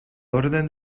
orden